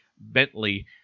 Bentley